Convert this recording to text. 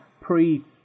pre